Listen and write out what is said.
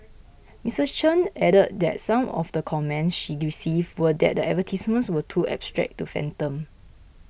Misses Chan added that some of the comments she received were that the advertisements were too abstract to fathom